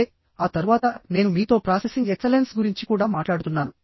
సరే ఆ తరువాత నేను మీతో ప్రాసెసింగ్ ఎక్సలెన్స్ గురించి కూడా మాట్లాడుతున్నాను